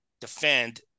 defend